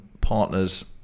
partners